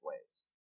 ways